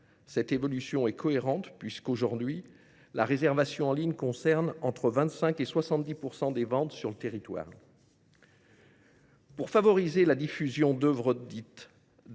Cette évolution est cohérente puisque, aujourd’hui, la réservation en ligne concerne entre 25 % et 70 % des ventes selon les territoires. Pour favoriser la diffusion d’œuvres dites d’art et d’essai,